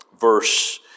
verse